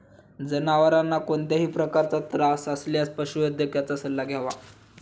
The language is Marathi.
जनावरांना कोणत्याही प्रकारचा त्रास असल्यास पशुवैद्यकाचा सल्ला घ्यावा